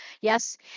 Yes